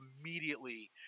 immediately